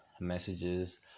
messages